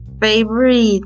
favorite